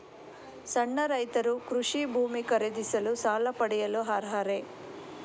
ಸಣ್ಣ ರೈತರು ಕೃಷಿ ಭೂಮಿ ಖರೀದಿಸಲು ಸಾಲ ಪಡೆಯಲು ಅರ್ಹರೇ?